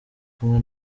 kumwe